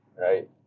right